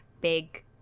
big